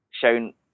shown